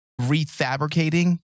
refabricating